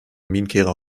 kaminkehrer